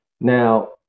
Now